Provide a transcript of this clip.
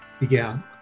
began